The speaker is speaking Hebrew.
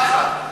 פחד.